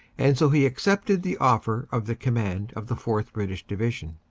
and so he accepted the offer of the command of the fourth. british divi sion,